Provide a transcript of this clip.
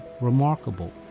remarkable